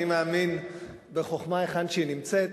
אני מאמין בחוכמה היכן שהיא נמצאת.